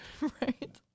Right